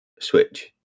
switch